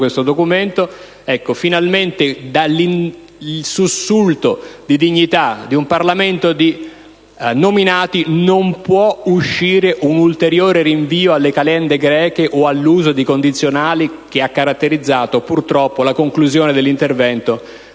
da questo sussulto di dignità di un Parlamento di nominati non può uscire un ulteriore rinvio alle calende greche o all'uso di condizionali che ha caratterizzato - purtroppo - la conclusione dell'intervento